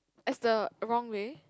as the wrong way